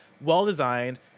well-designed